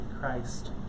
Christ